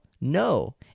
No